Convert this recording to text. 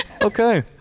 okay